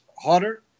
hotter